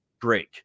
break